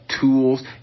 Tools